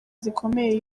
zikomeye